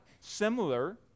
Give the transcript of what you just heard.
Similar